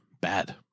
bad